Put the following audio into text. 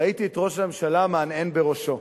ראיתי את ראש הממשלה מהנהן בראשו.